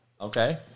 Okay